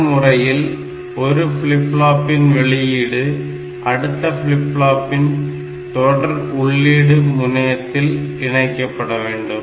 தொடர் முறையில் ஒரு ஃப்ளிப் ஃப்ளாப்பின் வெளியீடு அடுத்த ஃபிளிப் ஃப்ளாப்பின் தொடர் உள்ளீடு முனையத்தில் இணைக்கப்பட வேண்டும்